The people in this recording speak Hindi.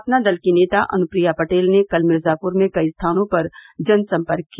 अपना दल की नेता अनुप्रिया पटेल ने कल मिर्जाप्र में कई स्थानों पर जनसंपर्क किया